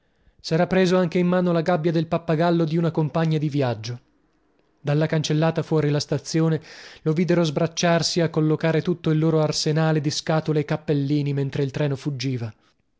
sera preso anche in mano la gabbia del pappagallo di una compagna di viaggio dalla cancellata fuori la stazione lo videro sbracciarsi a collocare tutto il loro arsenale di scatole e cappellini mentre il treno fuggiva